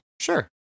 Sure